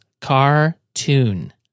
Cartoon